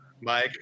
Mike